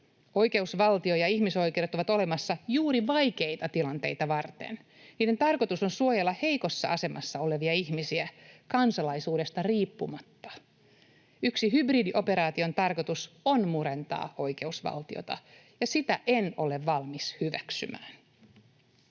Oikeusvaltio ja ihmisoikeudet ovat olemassa juuri vaikeita tilanteita varten. Niiden tarkoitus on suojella heikossa asemassa olevia ihmisiä kansalaisuudesta riippumatta. Yksi hybridioperaation tarkoitus on murentaa oikeusvaltiota, ja sitä en ole valmis hyväksymään.